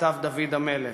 כתב דוד המלך,